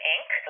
Inc